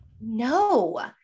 No